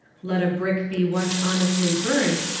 let a brick be once honestly burnt,